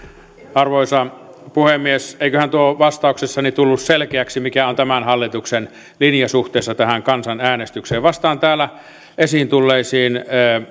arvoisa puhemies eiköhän tuo vastauksessani tullut selkeäksi mikä on tämän hallituksen linja suhteessa tähän kansanäänestykseen vastaan täällä esiin tulleisiin